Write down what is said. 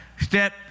step